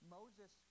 Moses